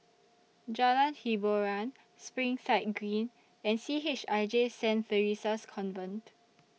Jalan Hiboran Springside Green and C H I J Saint Theresa's Convent